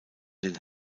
den